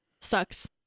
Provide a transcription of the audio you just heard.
sucks